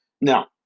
Now